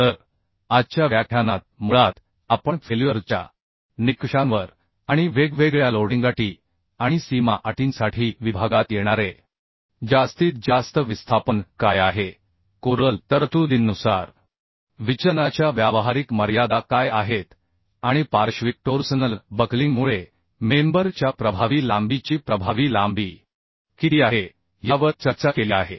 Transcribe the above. तर आजच्या व्याख्यानात मुळात आपण फेल्युअर च्या निकषांवर आणि वेगवेगळ्या लोडिंग अटी आणि सीमा अटींसाठी विभागात येणारे जास्तीत जास्त विस्थापन काय आहे कोरल तरतुदींनुसार विचलनाच्या व्यावहारिक मर्यादा काय आहेत आणि पार्श्विक टोर्सनल बकलिंगमुळे मेंबर च्या प्रभावी लांबीची प्रभावी लांबी किती आहे यावर चर्चा केली आहे